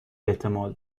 احتمال